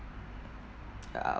uh